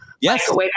Yes